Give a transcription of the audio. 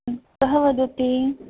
कः वदति